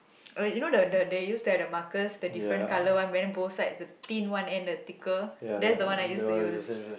alright you know the the they used to have the markers the different colour one wearing both sides the thin one and the thicker that's the one I used to use